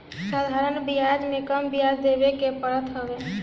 साधारण बियाज में कम बियाज देवे के पड़त हवे